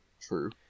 True